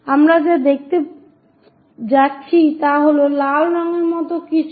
আমরা যা দেখতে যাচ্ছি তা হল লাল রঙের মতো কিছু